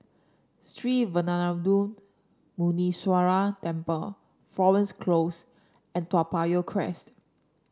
Sree Veeramuthu Muneeswaran Temple Florence Close and Toa Payoh Crest